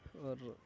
اور